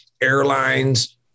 airlines